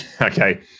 Okay